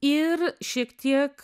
ir šiek tiek